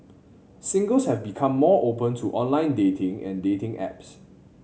singles have become more open to online dating and dating apps